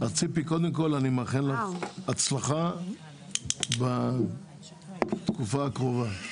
ציפי, קודם כל אני מאחל לך הצלחה בתקופה הקרובה.